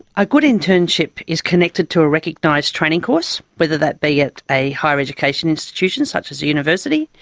a good internship is connected to a recognised training course, whether that be at a higher education institution such as a university,